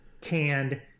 canned